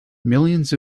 millions